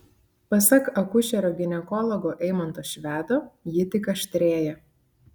pasak akušerio ginekologo eimanto švedo ji tik aštrėja